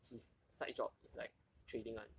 his side job is like trading [one]